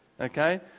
Okay